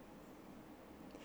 I think you're quite good sia